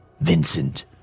Vincent